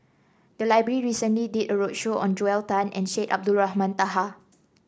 the library recently did a roadshow on Joel Tan and Syed Abdulrahman Taha